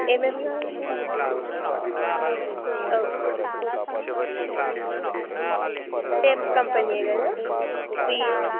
ఏం ఏం కావాలి ఓకే సెమ్ కంపనీఏ కదా వి